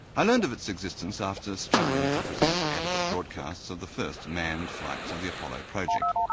i learned of its existence after struggling to present adequate broadcasts of the first manned flights of the apollo project.